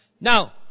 Now